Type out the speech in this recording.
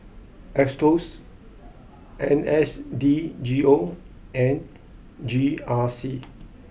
Aetos N S D G O and G R C